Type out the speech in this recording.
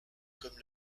comme